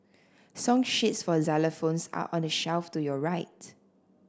song sheets for xylophones are on the shelf to your right